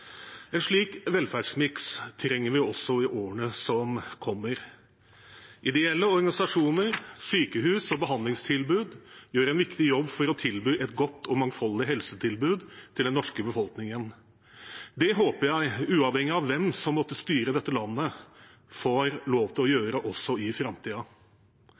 En slik velferdsmiks trenger vi også i årene som kommer. Ideelle organisasjoner, sykehus og behandlingstilbud gjør en viktig jobb for å tilby et godt og mangfoldig helsetilbud til den norske befolkningen. Det håper jeg de, uavhengig av hvem som måtte styre dette landet, får lov til å gjøre også i